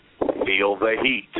FeelTheHeat